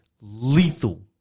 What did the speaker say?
lethal